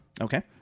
Okay